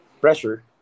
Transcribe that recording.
pressure